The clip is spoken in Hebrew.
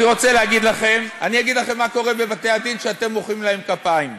אני אגיד לכם מה קורה בבתי-הדין שאתם מוחאים להם כפיים: